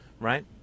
Right